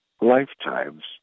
lifetimes